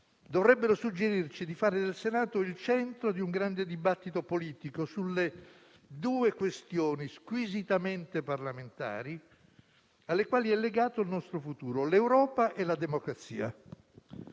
dovrebbero suggerirci di fare del Senato il centro di un grande dibattito politico sulle due questioni, squisitamente parlamentari, alle quali è legato il nostro futuro: l'Europa e la democrazia.